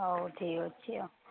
ହଉ ଠିକ୍ ଅଛି ଆଉ